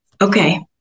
Okay